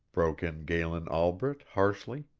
broke in galen albret, harshly.